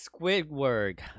Squidward